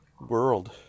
World